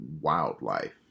Wildlife